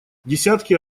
десятки